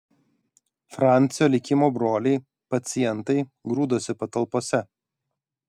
francio likimo broliai pacientai grūdosi patalpose